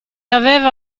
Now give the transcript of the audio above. aveva